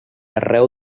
arreu